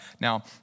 Now